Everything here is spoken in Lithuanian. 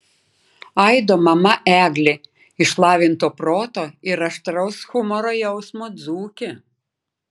aido mama eglė išlavinto proto ir aštraus humoro jausmo dzūkė